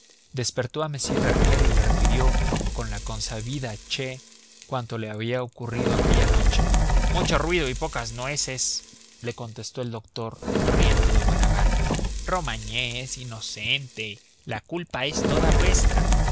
despertó a m bernier y le refirió con la consabida che cuanto le había ocurrido aquella noche mucho ruido y pocas nueces le contestó el doctor riendo de buena gana romagné es inocente la culpa es toda vuestra